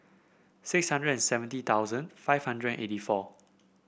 six hundred seventy thousand five hundred eighty four